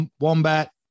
Wombat